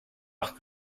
acht